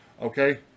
okay